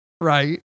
right